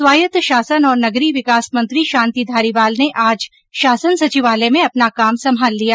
स्वायत्त शासन और नगरीय विकास मंत्री शांति धारीवाल ने आज शासन सचिवालय में अपना काम संभाल लिया